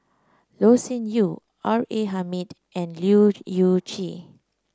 Loh Sin Yun R A Hamid and Leu Yew Chye